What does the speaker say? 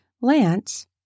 Lance